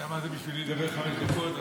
אתה יודע מה זה בשבילי לדבר חמש דקות,